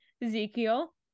Ezekiel